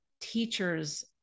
teachers